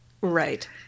Right